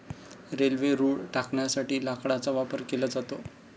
railway रुळ टाकण्यासाठी लाकडाचा वापर केला जातो